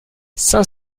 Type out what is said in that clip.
cinq